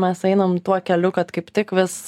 mes einam tuo keliu kad kaip tik vis